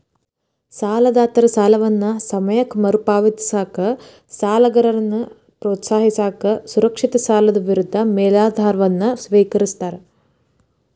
ಸಾಲದಾತರ ಸಾಲವನ್ನ ಸಮಯಕ್ಕ ಮರುಪಾವತಿಸಕ ಸಾಲಗಾರನ್ನ ಪ್ರೋತ್ಸಾಹಿಸಕ ಸುರಕ್ಷಿತ ಸಾಲದ ವಿರುದ್ಧ ಮೇಲಾಧಾರವನ್ನ ಸ್ವೇಕರಿಸ್ತಾರ